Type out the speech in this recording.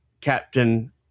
Captain